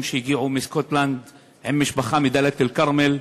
שהגיעו מסקוטלנד עם משפחה מדאלית-אלכרמל.